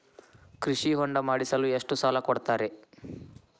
ಕೃಷಿ ಹೊಂಡ ಮಾಡಿಸಲು ಎಷ್ಟು ಸಾಲ ಕೊಡ್ತಾರೆ?